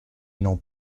n’ont